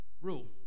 Rule